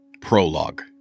Prologue